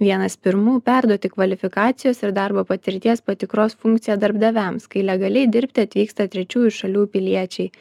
vienas pirmųjų perduoti kvalifikacijos ir darbo patirties patikros funkciją darbdaviams kai legaliai dirbti atvyksta trečiųjų šalių piliečiai